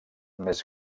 més